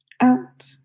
out